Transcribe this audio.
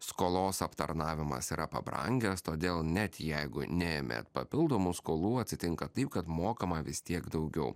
skolos aptarnavimas yra pabrangęs todėl net jeigu neėmėt papildomų skolų atsitinka taip kad mokama vis tiek daugiau